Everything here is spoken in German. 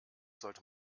sollte